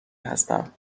هستم